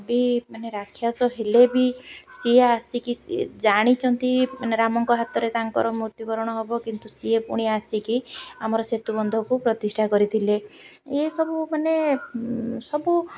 ବି ମାନେ ରାକ୍ଷାସ ହେଲେ ବି ସିଏ ଆସିକି ସିଏ ଜାଣିଛନ୍ତି ମାନେ ରାମଙ୍କ ହାତରେ ତାଙ୍କର ମୃତ୍ୟୁବରଣ ହବ କିନ୍ତୁ ସିଏ ପୁଣି ଆସିକି ଆମର ସେତୁ ବନ୍ଧକୁ ପ୍ରତିଷ୍ଠା କରିଥିଲେ ଏଇସବୁ ମାନେ ସବୁ